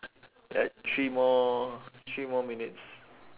ya three more three more minutes